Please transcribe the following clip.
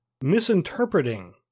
misinterpreting